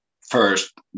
first